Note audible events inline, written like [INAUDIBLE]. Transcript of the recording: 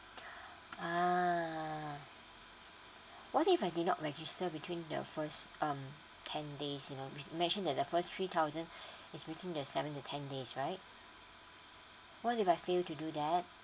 [BREATH] ah why if I did not register between the first um ten days you know mentioned that the first three thousand [BREATH] is within the seven to ten days right what if I fail to do that